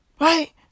Right